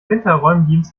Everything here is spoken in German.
winterräumdienst